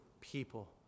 people